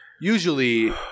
usually